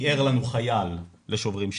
תיאר לנו חייל, ל"שוברים שתיקה",